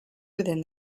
within